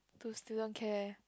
to student care